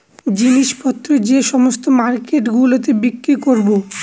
জিনিস পত্র যে সমস্ত মার্কেট গুলোতে বিক্রি করবো